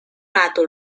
atol